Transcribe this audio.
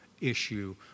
issue